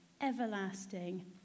everlasting